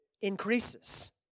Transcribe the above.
increases